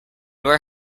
where